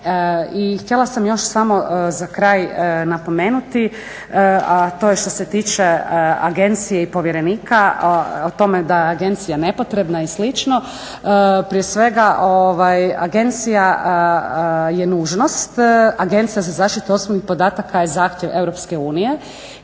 I htjela sam još samo za kraj napomenuti, a to je što se tiče agencije i povjerenika, o tome da je agencija nepotrebna i slično. Prije svega agencija je nužnost, Agencija za zaštitu osobnih podataka je zahtjev Europske unije